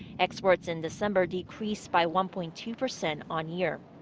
exports in december decreased by one-point-two-percent on-year.